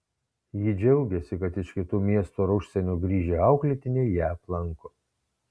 ji džiaugiasi kad iš kitų miestų ar užsienio grįžę auklėtiniai ją aplanko